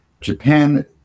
Japan